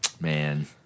Man